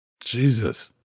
Jesus